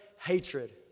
hatred